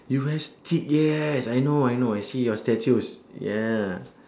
you have steak yes I know I know I see your statues yeah